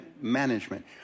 management